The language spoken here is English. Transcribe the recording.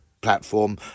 platform